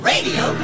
Radio